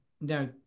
Now